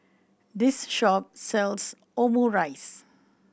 this shop sells Omurice